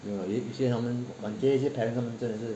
没有 lah 有一些他们我觉得有一些 parents 他们真的是